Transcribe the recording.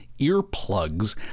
earplugs